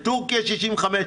תורכיה 65,